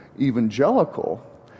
evangelical